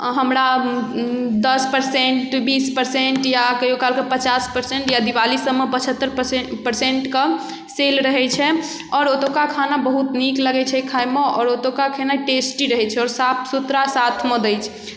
हमरा दस परसेंट बीस परसेंट या कहिओ कालके पचास परसेंट या दिवालीसभमे पचहत्तरि परसेंट परसेंटके सेल रहै छै आओर ओतुक्का खाना बहुत नीक लगै छै खाइमे आओर ओतुक्का खेनाइ टेस्टी रहै छै आओर साफ सुथरा साथमे दै छै